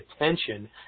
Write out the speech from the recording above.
attention